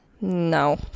No